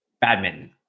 badminton